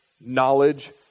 knowledge